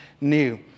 new